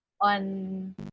on